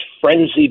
frenzy